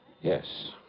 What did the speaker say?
Yes